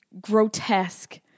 grotesque